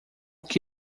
que